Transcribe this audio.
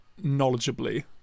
knowledgeably